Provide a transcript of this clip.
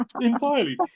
Entirely